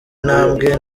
ntambwe